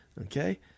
Okay